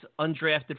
undrafted